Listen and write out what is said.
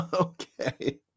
okay